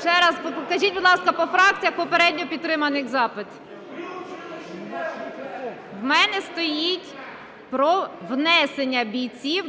Ще раз, покажіть, будь ласка, по фракціях попередньо підтриманий запит. У мене стоїть про внесення бійців,